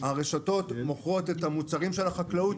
הרשתות מוכרות את המוצרים של החקלאות,